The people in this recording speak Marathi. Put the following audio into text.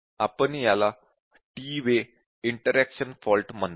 आपण याला टी वे इंटरॅक्शन फॉल्ट म्हणतो